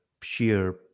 sheer